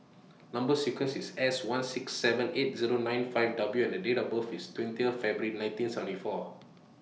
Number sequence IS S one six seven eight Zero nine five W and Date of birth IS twenty February nineteen seventy four